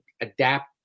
adapt